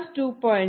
3 2